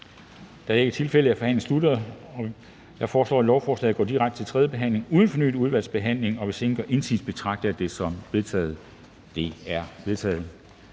Da det ikke er tilfældet, er forhandlingen sluttet. Jeg foreslår, at lovforslaget går direkte til tredje behandling uden fornyet udvalgsbehandling. Hvis ingen gør indsigelse, betragter jeg det som vedtaget. Det er vedtaget.